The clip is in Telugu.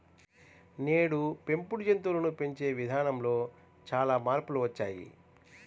నేడు పెంపుడు జంతువులను పెంచే ఇదానంలో చానా మార్పులొచ్చినియ్యి